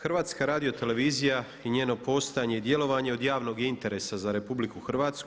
HRT i njeno postojanje i djelovanje od javnog je interesa za RH.